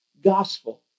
gospel